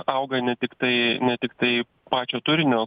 auga ne tiktai ne tiktai pačio turinio